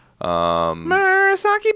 Murasaki